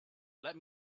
let